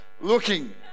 looking